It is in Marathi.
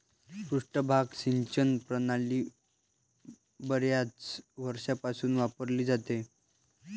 पृष्ठभाग सिंचन प्रणाली बर्याच वर्षांपासून वापरली जाते